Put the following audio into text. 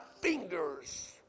fingers